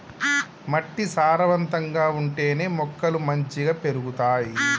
మట్టి సారవంతంగా ఉంటేనే మొక్కలు మంచిగ పెరుగుతాయి